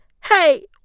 hey